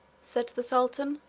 said the sultan,